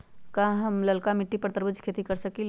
हम लालका मिट्टी पर तरबूज के खेती कर सकीले?